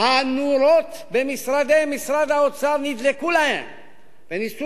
הנורות במשרדי משרד האוצר כבר נדלקו להן וניסו